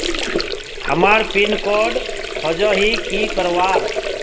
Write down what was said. हमार pin code खोजोही की करवार?